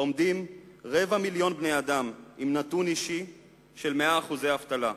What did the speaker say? עומדים רבע מיליון בני אדם עם נתון אישי של 100% אבטלה,